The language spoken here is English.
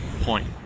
point